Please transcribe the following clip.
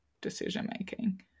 decision-making